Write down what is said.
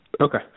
Okay